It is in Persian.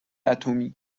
اتمی